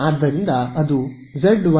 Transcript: ಆದ್ದರಿಂದ ಅದು Z1d I